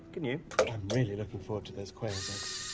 can you? i'm really looking forward to those quail's eggs.